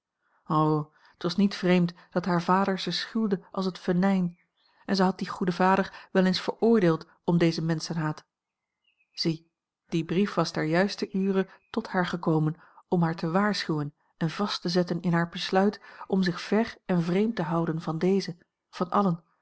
t was niet vreemd dat haar vader ze schuwde als het venijn en zij had dien goeden vader wel eens veroordeeld om dezen menschenhaat zie die brief was ter juister ure tot haar gekomen om haar te waarschuwen en vast te zetten in haar besluit om zich ver en vreemd te houden van dezen van allen